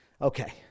Okay